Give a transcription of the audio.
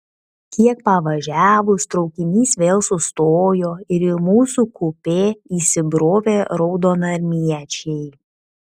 kiek pavažiavus traukinys vėl sustojo ir į mūsų kupė įsibrovė raudonarmiečiai